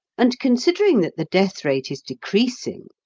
and considering that the death-rate is decreasing,